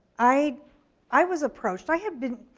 i i was approached. i had been.